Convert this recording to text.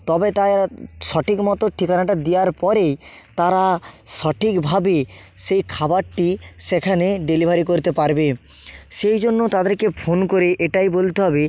তবে তাই সঠিকমতো ঠিকানাটা দিয়ার পরেই তারা সঠিকভাবে সেই খাবারটি সেখানে ডেলিভারি করতে পারবে সেই জন্য তাদেরকে ফোন করে এটাই বলতে হবে